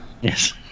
Yes